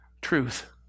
truth